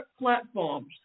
platforms